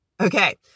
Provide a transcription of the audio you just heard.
Okay